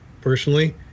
personally